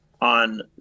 on